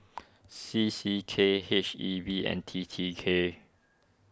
C C K H E B and T T K